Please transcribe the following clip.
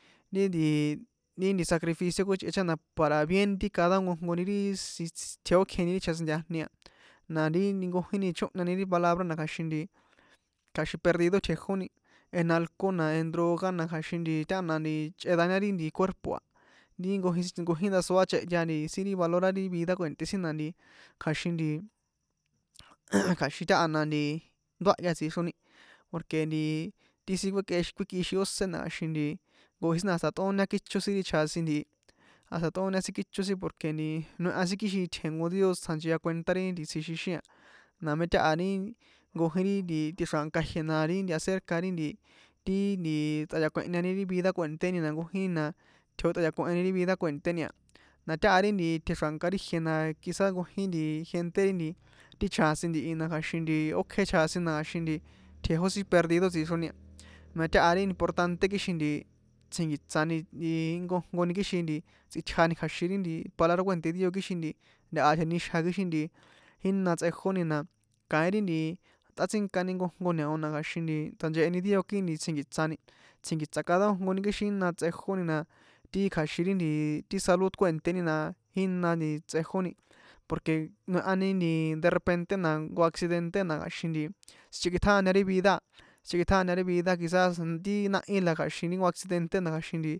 Ri nti sacrificio kjuíchꞌe na para bien ri cada jnkojnkoni ri si tjejókjeni ri chjasintajni a na ri ni nkojíni chóhani ri palabra na kja̱xin nti kja̱xin perdido tjejóni en alcohol na en droga na kja̱xin nti tána nti chꞌe dañar ri nti cuerpo a ri nkojin ndasoa chꞌehya sin ri valorar ri vida kue̱nté sin na nti kja̱xin nti jjj kja̱xin tahana na nti ndoáhya tsixroni porque nti ti sin kuekꞌi ti sin kuékꞌixin ósé na kjaxin nti jnkojín sin na hasta tꞌóña kícho sin chjasin ntihi hasta tꞌóña kíocho sin porque nti noeha sin kixin itjen jnko dio tsjachia kuentá ri nti tsjixixín na mé taha ri nkojín ri nti tjénxra̱nka ijie na ri nkehe acerca ri nti ti nti tsꞌayakuehñani ri vida kue̱nténi na nkojíni na tjejótꞌayakoheni ri vida kuénténi a na táha ri tjexranka ri ijiena quizás nkjín ri gente ti chjasin ntihi na kja̱xin ókjé chjasin na kja̱xin nti tjejó sin perdido tsixroni a na táha ri important kixin tsjinkiṭsani nkojnkoni kixin tsꞌitjani kja̱xin palabra kue̱nté dio kixin nti ntaha tenixja kixin nti jina tsꞌejoni kaín ri tꞌatsinkani nkojnko ñao na kja̱xin tsjancheheni dio kii nti tsjinkiṭsani tsjinkiṭsani tsjinkiṭsa cada nkojnkoni kixin jína tsꞌejóni na ti kjaxin ri nti salud kue̱nténi na jina tsꞌejóni porque noehani nti de repente na jnko accidente na kja̱xin nti sinchekꞌitjáña ri vida a nchekꞌitjáña ri vida a quizás ti náhí la kja̱xin ti jnko accidente na.